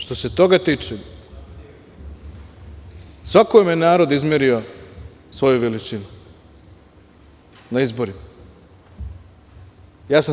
Što se toga tiče, svakome je narod izmerio svoju veličinu na izborima.